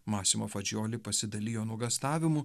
masimo fadžioli pasidalijo nuogąstavimu